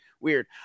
Weird